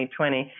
2020